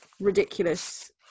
ridiculous